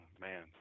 Man